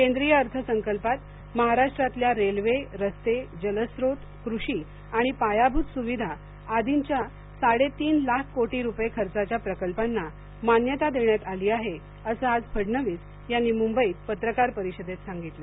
केंद्रीय अर्थसंकल्पात महाराष्ट्रातल्या रेल्वे रस्ते जलस्रोत कृषी आणि पायाभूत सुविधा आर्दीच्या साडेतीन लाख कोटी रुपये खर्चाच्या प्रकल्पांना मान्यता देण्यात आली आहे असं आज फडणवीस यांनी मुंबईत पत्रकार परिषदेत सांगितलं